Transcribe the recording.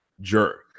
jerk